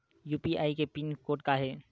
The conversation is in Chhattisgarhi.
यू.पी.आई के पिन कोड का हे?